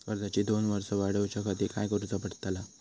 कर्जाची दोन वर्सा वाढवच्याखाती काय करुचा पडताला?